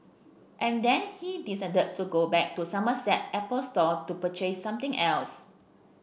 and then he decided to go back to the Somerset Apple Store to purchase something else